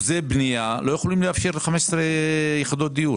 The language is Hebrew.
אחוזי בנייה, לא יכולים לאפשר ל-15 יחידות דיור.